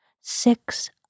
Six